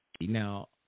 Now